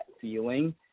feeling